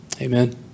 Amen